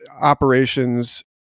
operations